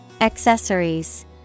Accessories